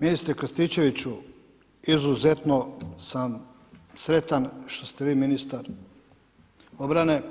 Ministre Krstičeviću, izuzetno sam spretan što ste vi ministar obrane